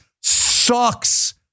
sucks